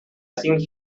cinc